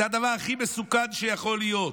זה הדבר הכי מסוכן שיכול להיות.